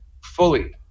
fully